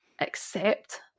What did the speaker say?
accept